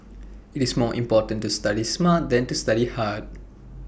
IT is more important to study smart than to study hard